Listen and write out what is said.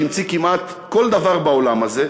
שהמציא כמעט כל דבר בעולם הזה,